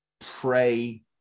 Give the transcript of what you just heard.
pray